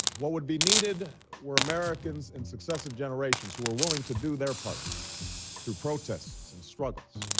what would be needed where americans in successive generations who were willing to do their part through protests and struggles.